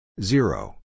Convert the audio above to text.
Zero